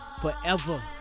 forever